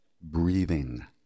breathing